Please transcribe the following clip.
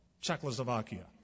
Czechoslovakia